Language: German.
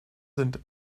sind